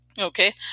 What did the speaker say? Okay